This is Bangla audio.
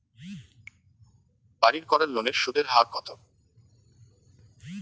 বাড়ির করার লোনের সুদের হার কত?